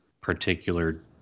particular